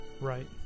Right